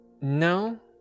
No